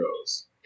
goes